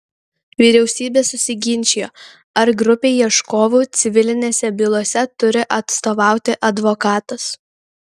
vyriausybė susiginčijo ar grupei ieškovų civilinėse bylose turi atstovauti advokatas